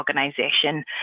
organization